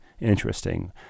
interesting